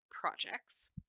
projects